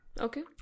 Okay